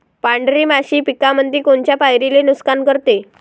पांढरी माशी पिकामंदी कोनत्या पायरीले नुकसान करते?